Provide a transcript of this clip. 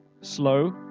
Slow